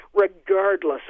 regardless